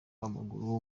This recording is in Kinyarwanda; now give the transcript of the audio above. w’amaguru